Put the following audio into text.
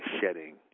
shedding